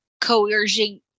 coercing